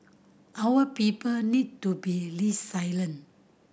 our people need to be